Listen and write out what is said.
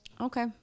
Okay